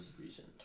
recent